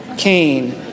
Kane